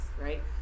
right